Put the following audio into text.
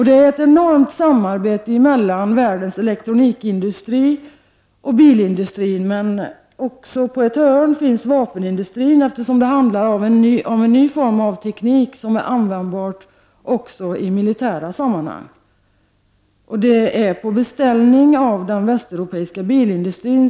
Det pågår ett omfattande samarbete mellan världens elektronikindustri och bilindustrin, och med på ett hörn finns också vapenindustrin, eftersom det handlar om en ny form av teknik som är användbar också i militära sammanhang. Dessa forskningsresurser satsas på beställning av den västeuropeiska bilindustrin.